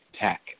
tech